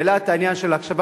העלה את העניין של הקשבה,